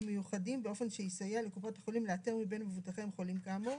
מיוחדים באופן שייסע לקופות החולים לאתר מבין מבוטחיהן חולים כאמור,